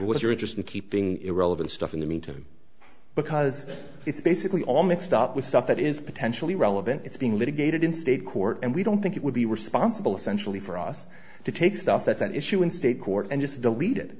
is your interest in keeping irrelevant stuff in the meter because it's basically all mixed up with stuff that is potentially relevant it's being litigated in state court and we don't think it would be responsible essentially for us to take stuff that's an issue in state court and just delete it